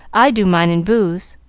i do mine and boo's.